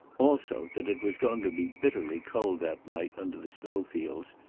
also that it was going to be bitterly cold that night, under the snow fields,